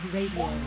Radio